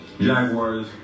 Jaguars